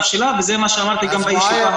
שלה וזה מה שאמרתי גם בישיבה הקודמת.